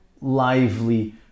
lively